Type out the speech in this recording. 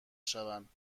شوند